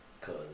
Cause